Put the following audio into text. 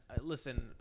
Listen